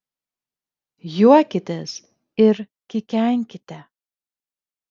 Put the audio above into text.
juokitės ir kikenkite